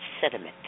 sediment